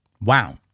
Wow